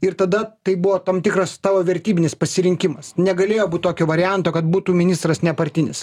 ir tada tai buvo tam tikras tavo vertybinis pasirinkimas negalėjo būt tokio varianto kad būtų ministras nepartinis